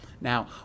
Now